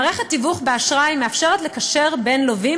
מערכת תיווך באשראי מאפשרת לקשר בין לווים